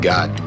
God